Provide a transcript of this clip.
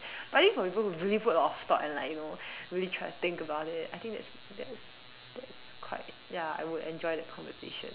but I think for people who really put a lot of thought and like you know really try to think about it I think that's that's that is quite ya I would enjoy that conversation